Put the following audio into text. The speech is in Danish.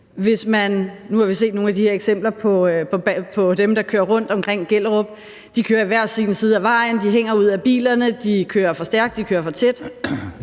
Vi har set nogle af de her eksempler på dem, der kører rundt omkring Gellerup – de kører i hver sin side af vejen, de hænger ud af bilerne, de kører for stærkt, de kører for tæt.